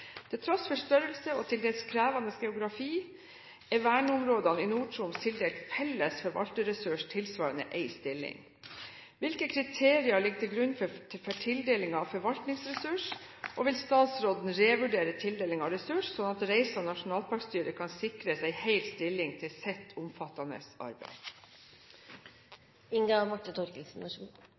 Til tross for størrelse og til dels krevende geografi, er verneområdene i Nord-Troms tildelt felles forvalterressurs, tilsvarende én stilling. Hvilke kriterier ligger til grunn for tildeling av forvalterressurs, og vil statsråden revurdere deling av ressurs, slik at Reisa nasjonalparkstyre kan sikres en hel stilling til sitt omfattende